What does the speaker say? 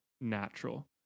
natural